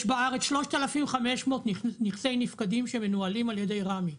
יש בארץ 3,500 נכסי נפקדים שמנוהלים על ידי רמ"י,